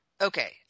Okay